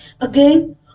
Again